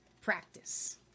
practice